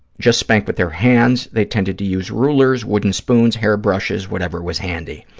just spank with their hands. they tended to use rulers, wooden spoons, hairbrushes, whatever was handy.